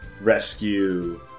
rescue